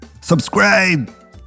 Subscribe